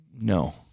No